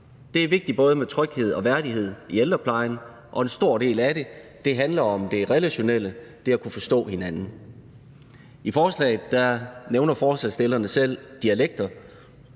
Det er vigtigt både med tryghed og værdighed i ældreplejen, og en stor del af det handler om det relationelle, nemlig det at kunne forstå hinanden. I forslaget nævner forslagsstillerne selv dialekter